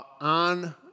on